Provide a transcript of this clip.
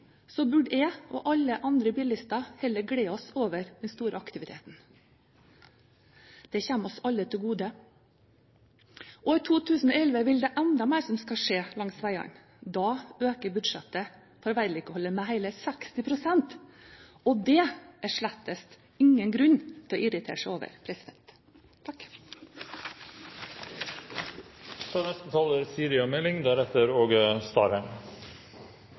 burde jeg og alle andre bilister heller glede oss over den store aktiviteten. Den kommer oss alle til gode, og i 2011 vil det skje enda mer langs veiene. Da økes budsjettet for veivedlikehold med hele 60 pst. Og det er det slett ingen grunn til å irritere seg over. Effektive kommunikasjonsløsninger er